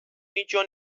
nicio